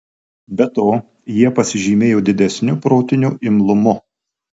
be to jie pasižymėjo didesniu protiniu imlumu